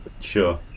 Sure